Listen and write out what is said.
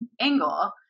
angle